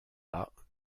pas